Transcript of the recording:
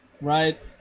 right